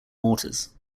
waters